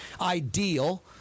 ideal